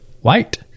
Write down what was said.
white